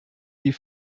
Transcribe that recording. die